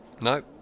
No